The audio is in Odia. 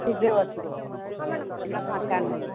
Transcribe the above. ସିଟ୍ରେ ବସିବ ଏଇନା ଫାଙ୍କା ନାହିଁ